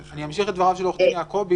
אמשיך את דבריו של עורך הדין יעקבי.